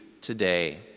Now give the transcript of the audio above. today